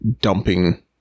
dumping